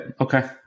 Okay